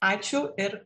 ačiū ir